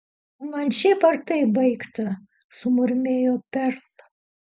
man šiaip ar taip baigta sumurmėjo perl